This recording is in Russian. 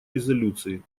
резолюции